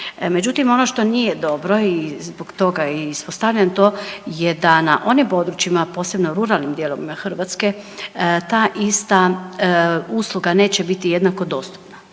Međutim, ono što nije dobro i zbog toga ispostavljam to je da na onim područjima, posebno u ruralnim dijelovima Hrvatske, ta ista usluga neće biti jednako dostupna.